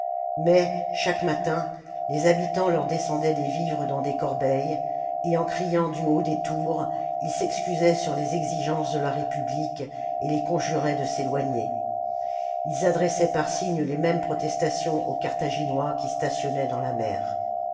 mais chaque matin les habitants leur descendaient des vivres dans des corbeilles et en criant du haut des tours ils s'excusaient sur les exigences de la république et les conjuraient de s'éloigner ils adressaient par signes les mêmes protestations aux carthaginois qui stationnaient dans la mer